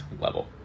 level